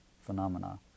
phenomena